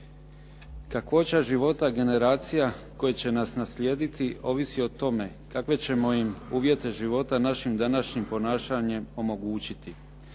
Kakvoća života generacija koje će nas naslijediti ovisi o tome kakve ćemo im uvjete života našim današnjim ponašanjem omogućiti.